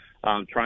trying